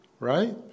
right